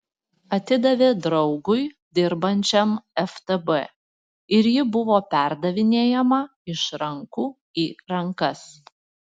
atidavė draugui dirbančiam ftb ir ji buvo perdavinėjama iš rankų į rankas